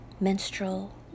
menstrual